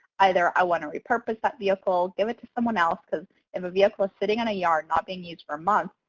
either i want to repurpose that vehicle, give it someone else, because if a vehicle is sitting in a yard not being used for months,